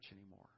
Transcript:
anymore